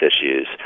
issues